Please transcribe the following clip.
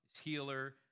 healer